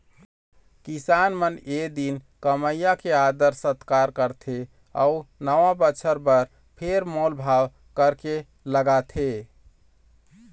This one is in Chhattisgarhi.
किसान मन ए दिन कमइया के आदर सत्कार करथे अउ नवा बछर बर फेर मोल भाव करके लगाथे